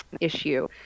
issue